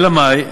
אלא מאי?